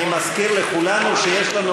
שהוזכר בנאום